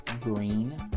green